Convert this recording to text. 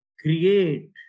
create